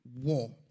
war